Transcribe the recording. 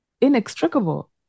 inextricable